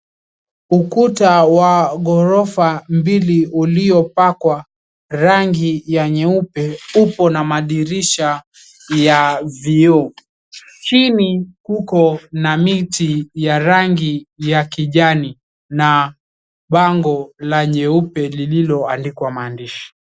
Ukuta wa ghorofa mbili uliopakwa rangi ya nyeupe upo na madirisha ya vioo. Chini kuko na miti ya rangi ya kijani na bango la nyeupe lililoandikwa maandishi.